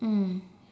mm